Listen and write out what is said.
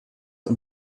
und